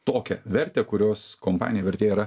tokią vertę kurios kompanija vertė yra